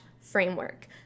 framework